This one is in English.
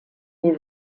will